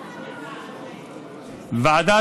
ועדת,